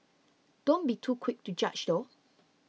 don't be too quick to judge though